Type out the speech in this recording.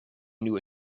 nieuwe